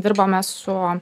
dirbame su